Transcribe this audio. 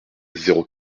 zéro